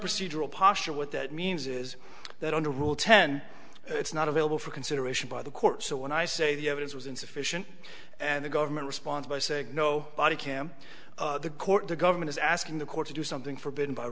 procedural posture what that means is that under rule ten it's not available for consideration by the court so when i say the evidence was insufficient and the government responds by saying no body cam the court the government is asking the court to do something forbidden by